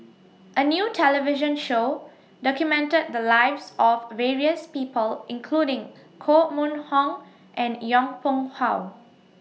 A New television Show documented The Lives of various People including Koh Mun Hong and Yong Pung How